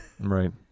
Right